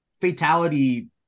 fatality